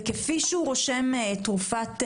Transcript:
וכפי שהוא רושם פנטה,